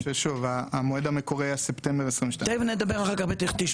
המועד המקורי היה ספטמבר 2022. תן לי לסיים